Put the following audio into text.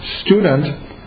student